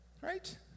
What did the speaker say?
Right